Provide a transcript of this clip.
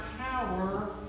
power